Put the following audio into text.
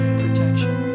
protection